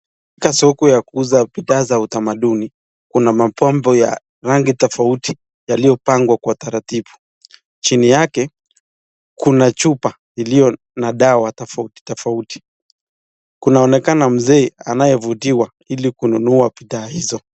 Katika soko ya kuuza bidhaa za utamaduni, kuna mapambo ya rangi tofauti yaliyopangwa kwa utaratibu, chini yake kuna chupa iliyo na dawa tofauti tofauti, kunaonekana mzee anayevutiwa ili kununua bidhaa hizo.